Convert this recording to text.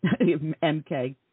MK